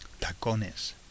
Tacones